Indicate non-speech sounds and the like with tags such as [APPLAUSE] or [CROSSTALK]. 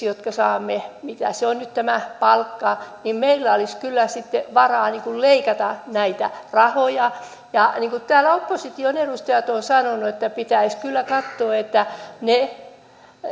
[UNINTELLIGIBLE] jotka saamme mitä se nyt on tämä palkka olisi kyllä sitten varaa leikata näitä rahoja niin kuin täällä opposition edustajat ovat sanoneet pitäisi kyllä katsoa että ne